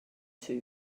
two